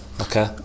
Okay